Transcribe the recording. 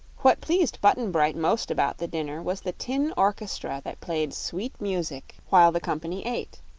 what pleased button-bright most about the dinner was the tin orchestra that played sweet music while the company ate.